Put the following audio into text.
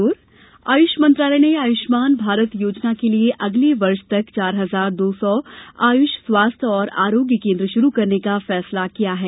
आयुष्मान भारत योजना आयुष मंत्रालय ने आयुष्मान भारत योजना के लिए अगले वर्ष तक चार हजार दो सौ आयुष स्वास्थ्य और आरोग्य केन्द्र शुरू करने का फैसला किया है